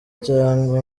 cyangwa